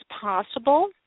possible